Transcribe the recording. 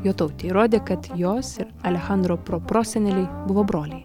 jotautė įrodė kad jos ir alechandro proproseneliai buvo broliai